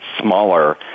smaller